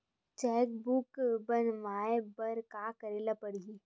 Cheque book बनवाय बर का करे ल पड़हि?